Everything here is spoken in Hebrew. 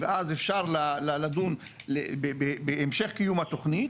ואז אפשר לדון בהמשך קיום התוכנית,